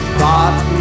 thought